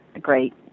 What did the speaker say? great